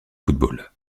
football